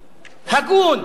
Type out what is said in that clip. הגון.